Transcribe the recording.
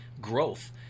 growth